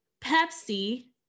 Pepsi